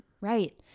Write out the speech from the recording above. right